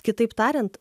kitaip tariant